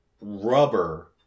rubber